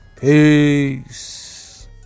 Peace